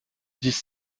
dix